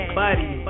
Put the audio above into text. buddy